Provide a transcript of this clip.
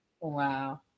Wow